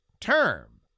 term